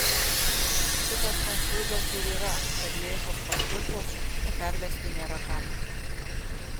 šitas konfūzas ir yra kad lėšos paskirtos o pervesti nėra kam